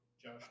Josh